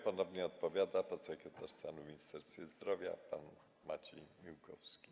Ponownie odpowiada podsekretarz stanu w Ministerstwie Zdrowia pan Maciej Miłkowski.